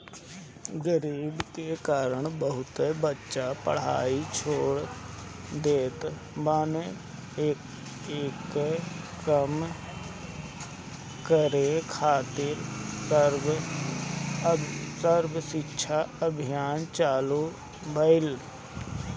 गरीबी के कारण बहुते बच्चा पढ़ाई छोड़ देत बाने, एके कम करे खातिर सर्व शिक्षा अभियान चालु भईल